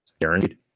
guaranteed